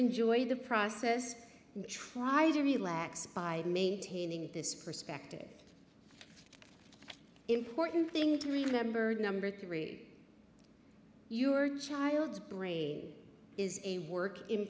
enjoy the process try to relax by maintaining this perspective important thing to remember number three your child's brain is a work in